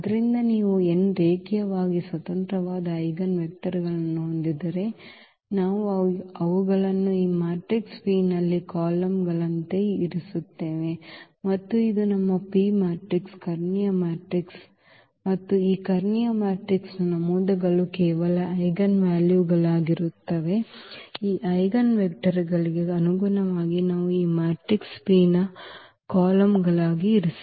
ಆದ್ದರಿಂದ ನೀವು n ರೇಖೀಯವಾಗಿ ಸ್ವತಂತ್ರವಾದ ಐಜೆನ್ ವೆಕ್ಟರ್ಗಳನ್ನು ಹೊಂದಿದ್ದರೆ ನಾವು ಅವುಗಳನ್ನು ಈ ಮ್ಯಾಟ್ರಿಕ್ಸ್ P ನಲ್ಲಿ ಕಾಲಮ್ಗಳಂತೆ ಇರಿಸುತ್ತೇವೆ ಮತ್ತು ಇದು ನಮ್ಮ P ಮ್ಯಾಟ್ರಿಕ್ಸ್ ಕರ್ಣೀಯ ಮ್ಯಾಟ್ರಿಕ್ಸ್ ಮತ್ತು ಈ ಕರ್ಣೀಯ ಮ್ಯಾಟ್ರಿಕ್ಸ್ನ ನಮೂದುಗಳು ಕೇವಲ ಐಜೆನ್ ವ್ಯಾಲ್ಯೂಗಳಾಗಿರುತ್ತವೆ ಈ ಐಜೆನ್ ವೆಕ್ಟರ್ಗಳಿಗೆ ಅನುಗುಣವಾಗಿ ನಾವು ಈ ಮ್ಯಾಟ್ರಿಕ್ಸ್ P ಯ ಕಾಲಮ್ಗಳಾಗಿ ಇರಿಸಿದ್ದೇವೆ